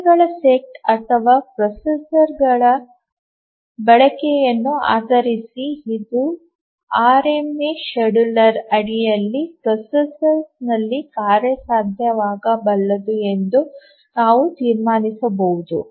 ಕಾರ್ಯಗಳ ಸೆಟ್ ಅಥವಾ ಪ್ರೊಸೆಸರ್ ಬಳಕೆಯನ್ನು ಆಧರಿಸಿ ಇದು ಆರ್ಎಂಎ ಶೆಡ್ಯೂಲರ್ ಅಡಿಯಲ್ಲಿ ಪ್ರೊಸೆಸರ್ನಲ್ಲಿ ಕಾರ್ಯಸಾಧ್ಯವಾಗಬಲ್ಲದು ಎಂದು ನಾವು ತೀರ್ಮಾನಿಸಬಹುದು